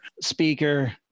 speaker